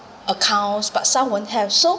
accounts but some won't have so